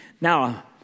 Now